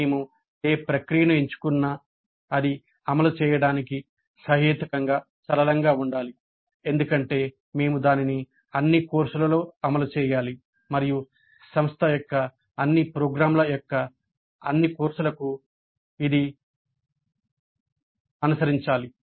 మేము ఏ ప్రక్రియను ఎంచుకున్నా అది అమలు చేయడానికి సహేతుకంగా సరళంగా ఉండాలి ఎందుకంటే మేము దానిని అన్ని కోర్సులలో అమలు చేయాలి మరియు సంస్థ యొక్క అన్ని ప్రోగ్రామ్ల యొక్క అన్ని కోర్సులకు ఇది అనుసరించాలి